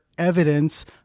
evidence